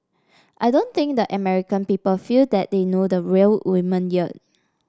I don't think that American people feel that they know the real woman yet